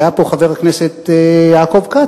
היה פה חבר הכנסת יעקב כץ.